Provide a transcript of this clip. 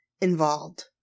involved